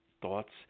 thoughts